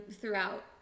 throughout